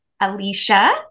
Alicia